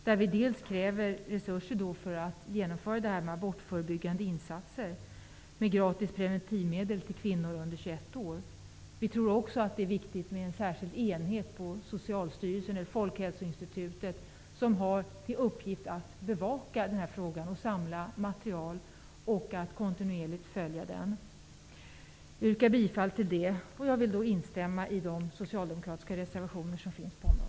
Vi i Vänsterpartiet kräver där resurser för att genomföra abortförebyggande insatser med gratis preventivmedel till kvinnor under 21 års ålder. Vi tror också att det är viktigt med en särskild enhet på Socialstyrelsen eller Folkhälsoinstitutet, som har till uppgift att bevaka denna fråga, samla material och kontinuerligt följa den. Jag yrkar bifall till detta, och jag vill instämma i de socialdemokratiska reservationer som finns på området.